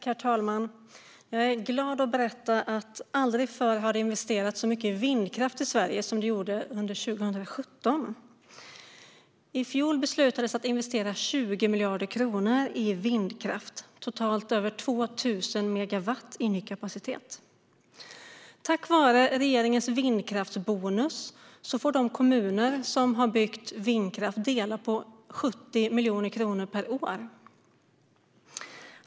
Herr talman! Jag är glad över att berätta att det aldrig förr har investerats så mycket i vindkraft i Sverige som under 2017. I fjol beslutades om investeringar i vindkraft på 20 miljarder kronor, vilket totalt motsvarar över 2 000 megawatt i ny kapacitet. Tack vare regeringens vindkraftsbonus får de kommuner som har byggt vindkraft dela på 70 miljoner kronor per år.